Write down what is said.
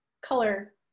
color